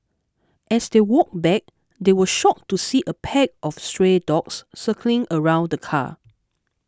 as they walked back they were shocked to see a pack of stray dogs circling around the car